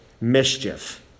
mischief